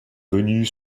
venu